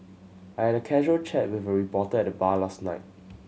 I had a casual chat with a reporter at the bar last night